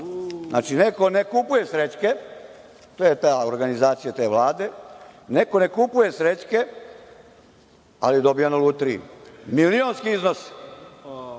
Znači, neko ne kupuje srećke, to je ta organizacija te Vlade, neko ne kupuje srećke, ali dobija na lutriji. Milionski iznosi